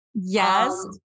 Yes